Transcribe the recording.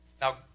Now